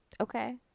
Okay